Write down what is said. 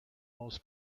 most